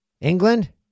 England